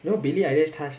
you know billy ideas